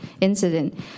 incident